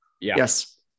Yes